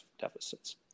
deficits